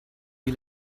wie